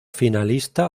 finalista